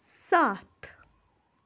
سَتھ